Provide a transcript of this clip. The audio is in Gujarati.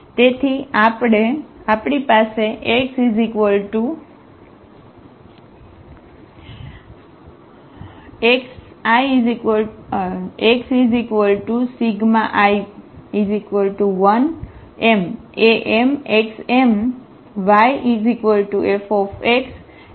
તેથી આપણી પાસે xi1mmxm⟹yFxi1mmF છે